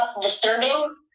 disturbing